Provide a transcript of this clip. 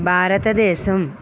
భారతదేశం